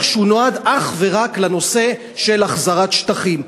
שהוא נועד אך ורק לנושא של החזרת שטחים,